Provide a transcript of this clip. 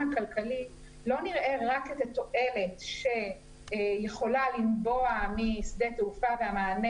הכלכלי לא נראה רק את התועלת שיכולה לנבוע משדה תעופה והמענה